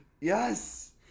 Yes